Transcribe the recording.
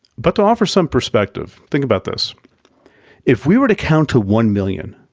but, to offer some perspective, think about this if we were to count to one million,